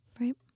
Right